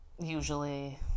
usually